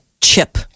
chip